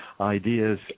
ideas